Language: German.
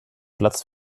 platz